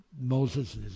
Moses